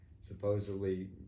supposedly